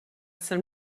some